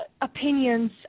opinions